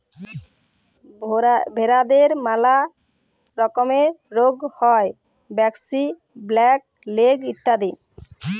ভেরাদের ম্যালা রকমের রুগ হ্যয় ব্র্যাক্সি, ব্ল্যাক লেগ ইত্যাদি